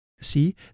See